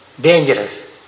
dangerous